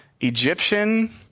Egyptian